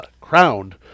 crowned